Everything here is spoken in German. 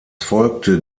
folgte